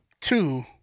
Two